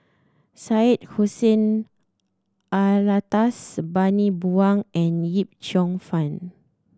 Syed Hussein Alatas Bani Buang and Yip Cheong Fun